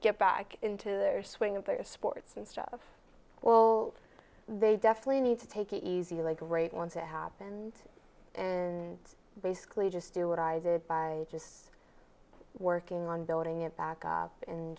get back into their swing of their sports and stuff well they definitely need to take it easy like a great one to happened and basically just do what i did by just working on building it back up and